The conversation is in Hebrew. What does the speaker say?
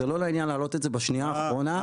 זה לא לעניין להעלות את זה בשנייה אחרונה,